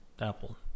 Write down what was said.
Apple